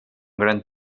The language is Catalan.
gran